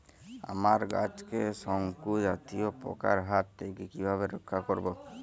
আমার গাছকে শঙ্কু জাতীয় পোকার হাত থেকে কিভাবে রক্ষা করব?